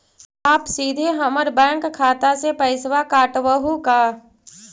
आप सीधे हमर बैंक खाता से पैसवा काटवहु का?